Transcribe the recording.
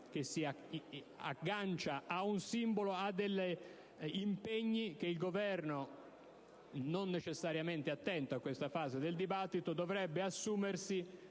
che si aggancia ad un simbolo, per quegli impegni che il Governo, non necessariamente attento a questa fase del dibattito, dovrebbe assumersi